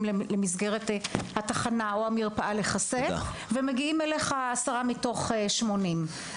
להתחסן ובסוף מגיעים עשרה מתוך שמונים.